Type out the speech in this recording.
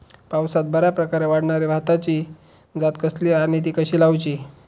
पावसात बऱ्याप्रकारे वाढणारी भाताची जात कसली आणि ती कशी लाऊची?